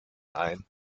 ein